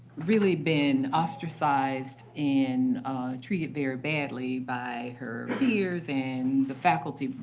really been ostracized and treated very badly by her peers and the faculty.